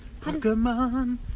Pokemon